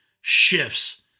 shifts